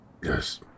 Yes